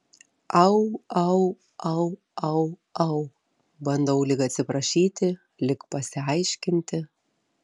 au au au au au bandau lyg atsiprašyti lyg pasiaiškinti